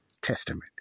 Testament